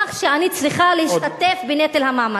כך שאני צריכה להשתתף בנטל המעמסה.